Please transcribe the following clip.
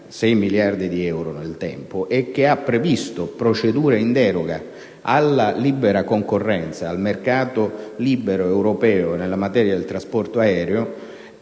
6 miliardi di euro nel tempo, e che ha previsto procedure in deroga alla libera concorrenza e al mercato libero europeo nella materia del trasporto aereo,